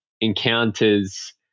encounters